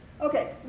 Okay